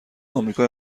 آمریکا